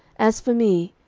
as for me,